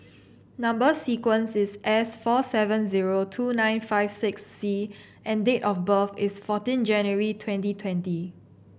number sequence is S four seven zero two nine five six C and date of birth is fourteen January twenty twenty